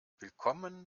willkommen